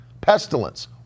pestilence